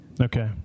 Okay